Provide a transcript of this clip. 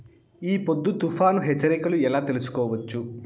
ఈ పొద్దు తుఫాను హెచ్చరికలు ఎలా తెలుసుకోవచ్చు?